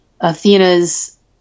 Athena's